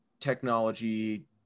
technology